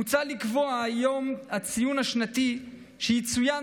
מוצע לקבוע כי יום הציון השנתי יצוין